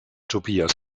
tobias